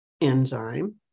enzyme